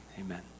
amen